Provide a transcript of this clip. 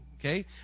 Okay